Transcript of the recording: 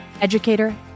educator